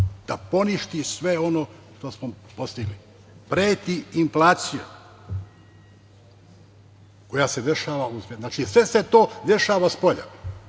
da poništi sve ono što smo postigli. Preti inflacijom koja se dešava. Znači, sve se to dešava spolja. Ali,